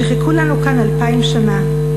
שחיכו לנו כאן אלפיים שנה.